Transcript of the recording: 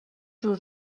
جور